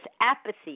apathy